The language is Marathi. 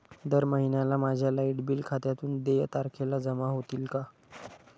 दर महिन्याला माझ्या लाइट बिल खात्यातून देय तारखेला जमा होतील का?